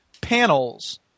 panels